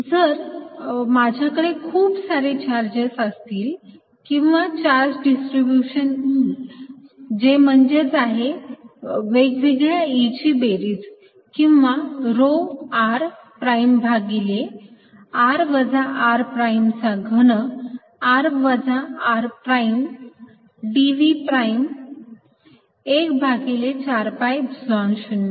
जर माझ्याकडे खूप सारे चार्जेस असतील किंवा चार्ज डिस्ट्रीब्यूशन E जे म्हणजेच आहे वेगवेगळ्या E ची बेरीज किंवा rho r प्राईम भागिले r वजा r प्राईम चा घन r वजा r प्राईम dv प्राईम 1 भागिले 4 pi epsilon 0